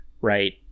right